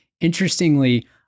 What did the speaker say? Interestingly